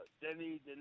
Denny